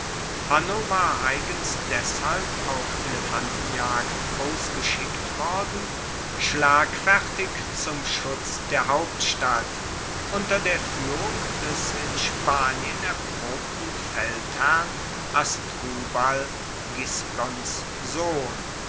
hanno war eigens deshalb auf elefantenjagd ausgeschickt worden schlagfertig zum schutz der hauptstadt unter der fuehrung des in spanien erprobten feldherrn hasdrubal gisgons sohn